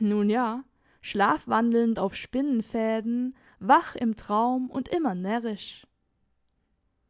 nun ja schlafwandelnd auf spinnenfäden wach im traum und immer närrisch